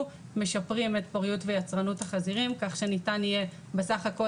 משפרים את פוריות ויצרנות החזירים כך שניתן יהיה בסך הכול